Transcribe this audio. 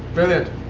brilliant.